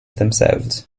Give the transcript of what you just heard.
themselves